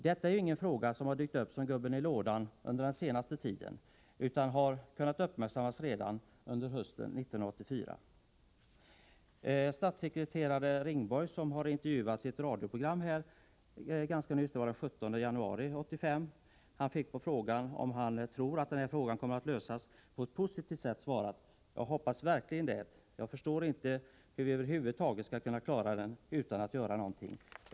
Detta är ingen fråga som har dykt upp som gubben i lådan under den senaste tiden, utan den kunde uppmärksammas redan under hösten 1984. Statssekreterare Ringborg, som intervjuades i ett radioprogram ganska nyligen — det var den 17 januari — svarade på frågan, om han trodde att den här frågan kommer att lösas på ett positivt sätt, på följande sätt: Jag hoppas verkligen det. Jag förstår inte hur vi över huvud taget skall kunna klara den utan att göra någonting.